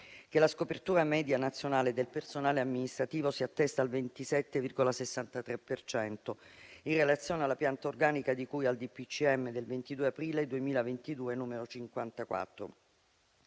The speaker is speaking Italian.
che la scopertura media nazionale del personale amministrativo si attesta al 27,63 per cento in relazione alla pianta organica di cui al DPCM del 22 aprile 2022, n. 54.